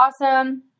awesome